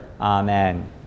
Amen